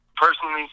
Personally